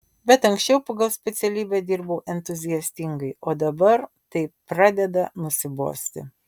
bet anksčiau pagal specialybę dirbau entuziastingai o dabar tai pradeda nusibosti